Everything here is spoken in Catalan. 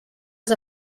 els